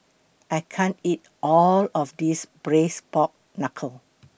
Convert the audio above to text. I can't eat All of This Braised Pork Knuckle